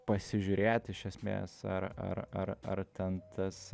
pasižiūrėt iš esmės ar ar ar ar ten tas